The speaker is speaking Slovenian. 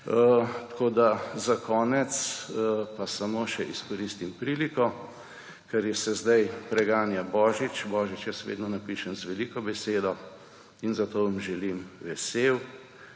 Tako da za konec pa samo še izkoristim priliko, ker se zdaj preganja božič. Božič jaz vedno napišem z veliko besedo in zato vam želim vesel